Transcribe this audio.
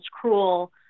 cruel